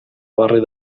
barri